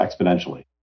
exponentially